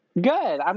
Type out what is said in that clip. Good